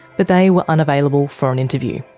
but they were unavailable for an interview.